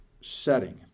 setting